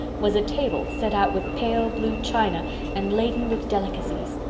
was a table, set out with pale blue china and laden with delicacies,